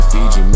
Fiji